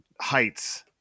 heights